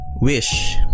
Wish